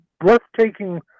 breathtaking